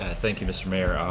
thank you mr. mayor. um